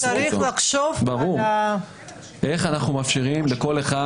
צריך לחשוב איך אנחנו מאפשרים לכל אחד